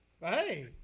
hey